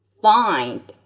find